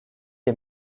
est